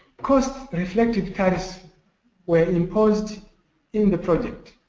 cost reflective tariffs were imposed in the projects.